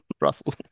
Russell